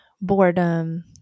boredom